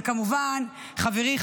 וכמובן חברי,